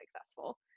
successful